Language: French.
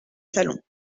salon